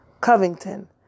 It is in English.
Covington